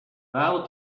vēlu